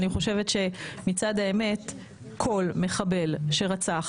אני חושבת שמצד האמת כל מחבל שרצח,